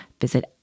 visit